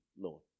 Lord